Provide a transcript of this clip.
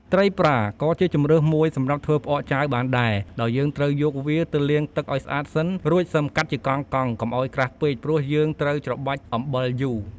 ត្រីប្រាក៏ជាជម្រើសមួយសម្រាប់ធ្វើផ្អកចាវបានដែរ ដោយយើងត្រូវយកវាទៅលាងទឹកឱ្យស្អាតសិន រួចសិមកាត់ជាកង់ៗ កុំឱ្យក្រាស់ពេក ព្រោះយើងត្រូវច្របាច់អំបិលយូរ។